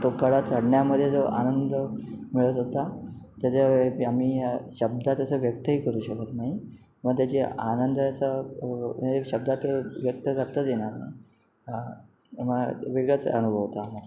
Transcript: तो कडा चाढण्यामध्ये जो आनंद मिळत होता त्याच्या आम्ही शब्दात असं व्यक्तही करू शकत नाही म त्याचे आनंद असं शब्दा ते व्यक्त करताच येणार ना वेगळाच अनुभव होता मला